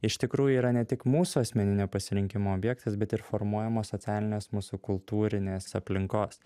iš tikrųjų yra ne tik mūsų asmeninio pasirinkimo objektas bet ir formuojamos socialinės mūsų kultūrinės aplinkos